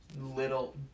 little